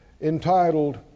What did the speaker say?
entitled